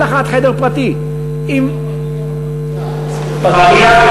כל אחת בחדר פרטי, השר, הפגייה.